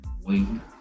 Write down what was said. wing